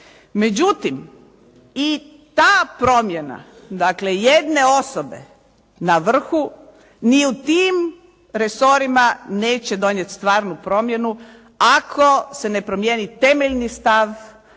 Međutim, i ta promjena dakle jedne osobe na vrhu, ni u tim resorima neće donijeti stvarnu promjenu ako se ne promijeni temeljni stav da kriterije